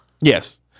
Yes